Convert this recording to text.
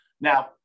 Now